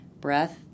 breath